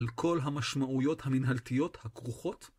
על כל המשמעויות המנהלתיות הכרוכות...